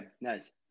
Nice